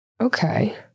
Okay